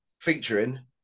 featuring